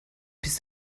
bist